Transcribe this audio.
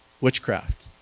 witchcraft